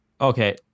Okay